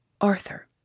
Arthur